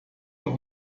doch